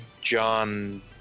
John